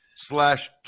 Slash